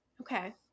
Okay